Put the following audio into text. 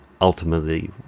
ultimately